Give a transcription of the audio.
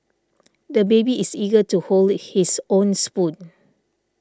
the baby is eager to hold his own spoon